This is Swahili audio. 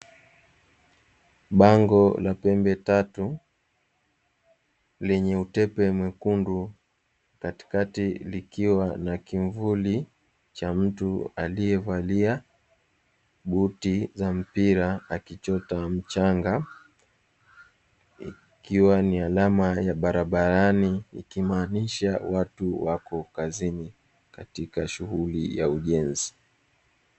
Bango la pembe tatu lenye utepe mwekundu katikati likiwa na kimvuli cha mtu aliyevalia buti za mpira, akichota mchanga ikiwa ni alama ya barabarani ikimaanisha watu wapo kazini katika shughuli ya ujenzi.